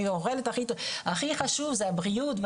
אני אוכלת הכי טוב והכי חשוב זו הבריאות,